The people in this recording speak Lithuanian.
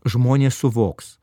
žmonės suvoks